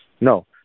No